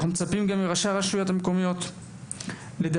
אנחנו מצפים מראשי הרשויות המקומיות לדווח